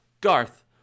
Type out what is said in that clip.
garth